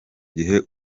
gihe